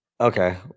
Okay